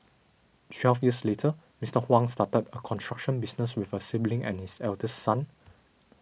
twelve years later Mister Huang started a construction business with a sibling and his eldest son